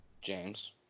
James